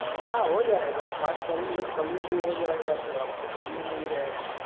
हाँ हो जाएगा बात करेंगे कम में भी हो जाएगा तो आपको कम में मिल जाएगा